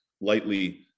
lightly